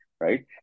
right